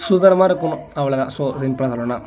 சூதானமாக இருக்கணும் அவ்வளோதான் ஸோ சிம்பிளாக சொல்லணும்னா